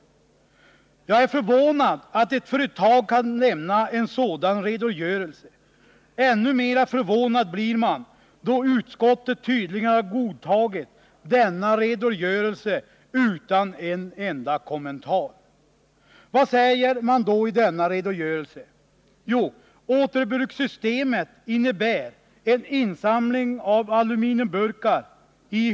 Jag är förvånad över att ett företag kan lämna en sådan redogörelse. Ännu mer förvånad blir man, då utskottet tydligen har godtagit denna redogörelse utan en enda kommentar. Vad säger man då i denna redogörelse?